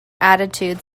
attitude